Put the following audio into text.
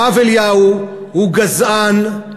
הרב אליהו הוא גזען,